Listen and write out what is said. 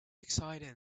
exciting